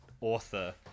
author